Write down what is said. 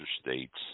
states